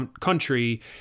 country